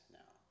now